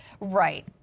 Right